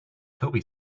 toby